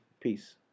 Peace